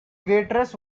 waitress